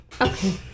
Okay